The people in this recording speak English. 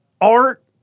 art